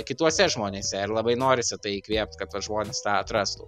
kituose žmonėse ir labai norisi tai įkvėpt kad tuos žmonės tą atrastų